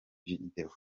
videwo